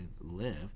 live